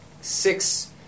six